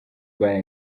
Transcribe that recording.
bar